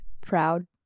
proud